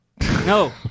No